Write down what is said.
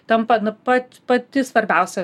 tampa na pat pati svarbiausia